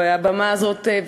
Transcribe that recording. אבל על הבמה הזאת,